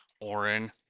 Oren